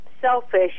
selfish